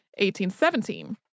1817